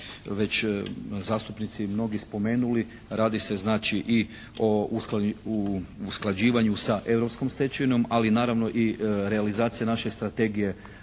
već zastupnici mnogi spomenuli, radi se znači i o usklađivanju sa europskom stečevinom, ali naravno i realizacije naše strategije